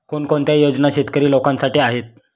कोणकोणत्या योजना शेतकरी लोकांसाठी आहेत?